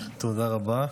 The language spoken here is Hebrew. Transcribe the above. תודה רבה.